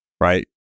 right